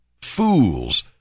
Fools